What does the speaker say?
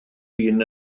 hun